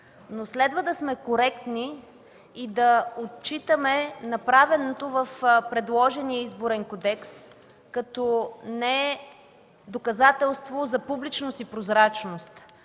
но следва да сме коректни и да отчитаме направеното в предложения Изборен кодекс като не доказателство за публичност и прозрачност.